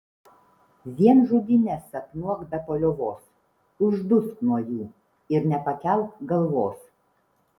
vien žudynes sapnuok be paliovos uždusk nuo jų ir nepakelk galvos